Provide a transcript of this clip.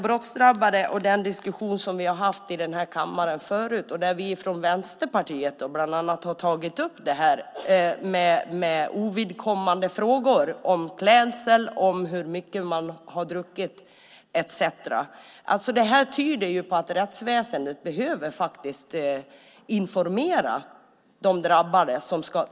I den diskussion som vi har fört i den här kammaren förut om de brottsdrabbade har vi från Vänsterpartiet bland annat tagit upp detta med ovidkommande frågor om klädsel, om hur mycket man har druckit etcetera. Detta tyder på att rättsväsendet behöver informera de drabbade.